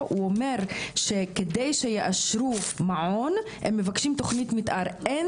הוא אומר כדי שיעשו מעון הם מבקשים תוכנית מתאר - אין